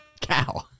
Cow